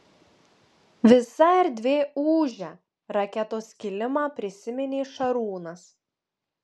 visa erdvė ūžia raketos kilimą prisiminė šarūnas